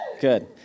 Good